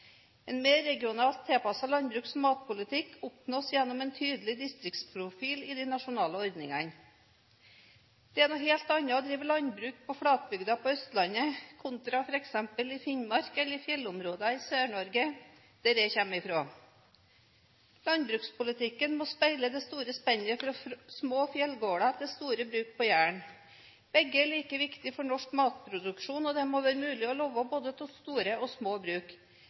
En mer regionalt tilpasset landbruks- og matpolitikk oppnås gjennom en tydelig distriktsprofil i de nasjonale ordningene. Det er noe helt annet å drive landbruk på flatbygda på Østlandet kontra f.eks. i Finnmark eller i fjellområdene i Sør-Norge, der jeg kommer fra. Landbrukspolitikken må speile det store spennet fra små fjellgårder til store bruk på Jæren. Begge er like viktig for norsk matproduksjon, og det må være mulig å leve av både små og store bruk. Vi må ta i bruk